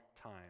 time